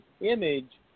image